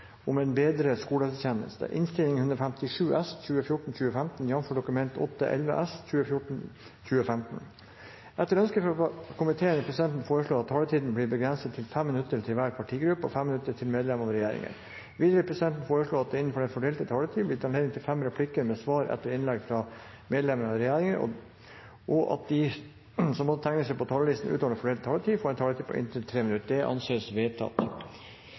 om ordet til sak nr. 6. Etter ønske fra helse- og omsorgskomiteen vil presidenten foreslå at taletiden blir begrenset til 5 minutter til hver partigruppe og 5 minutter til medlem av regjeringen. Videre vil presidenten foreslå at det blir gitt anledning til fem replikker med svar etter innlegg fra medlemmer av regjeringen innenfor den fordelte taletid, og at de som måtte tegne seg på talerlisten utover den fordelte taletid, får en taletid på inntil 3 minutter. – Det anses vedtatt.